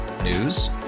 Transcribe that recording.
News